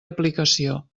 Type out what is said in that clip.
aplicació